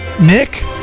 Nick